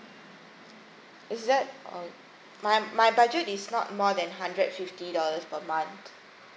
is that oh my my budget is not more than hundred fifty dollars per month